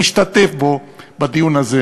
נשתתף בדיון הזה,